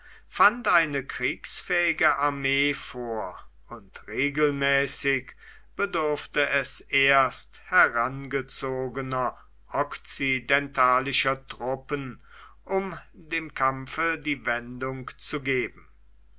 fand eine kriegsfähige armee vor und regelmäßig bedurfte es erst herangezogener okzidentalischer truppen um dem kampfe die wendung zu geben